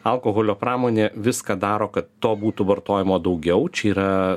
alkoholio pramonė viską daro kad to būtų vartojama daugiau čia yra